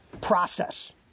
process